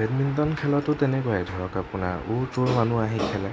badminton খেলতো তেনেকুৱাই ধৰক আপুনি অৰ ত'ৰ মানুহ আহি খেলে